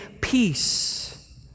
peace